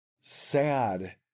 sad